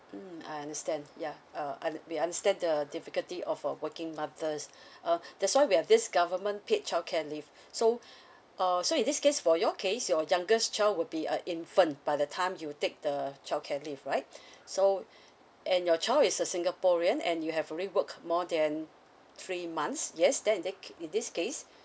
mm I understand ya uh I we understand the difficulty of a working mother uh that's why we have this government paid childcare leave so uh so in this case for your case your youngest child would be a infant by the time you take the childcare leave right so and your child is a singaporean and you have rework more than three months yes then in that in this case